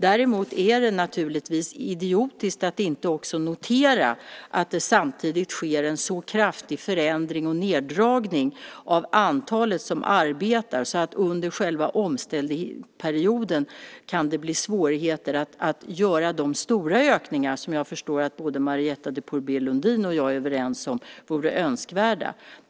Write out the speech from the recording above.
Däremot är det naturligtvis idiotiskt att inte också notera att det samtidigt sker en så kraftig förändring och neddragning av det antal som arbetar att det under själva omställningsperioden kan bli svårigheter att göra de stora ökningar som jag förstår att Marietta de Pourbaix-Lundin och jag är överens om vore önskvärda.